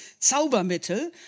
Zaubermittel